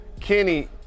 Kenny